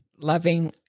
loving